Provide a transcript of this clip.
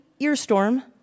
Earstorm